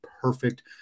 perfect